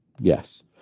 Yes